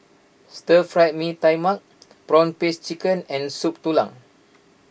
Stir Fry Mee Tai Mak Prawn Paste Chicken and Soup Tulang